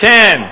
Ten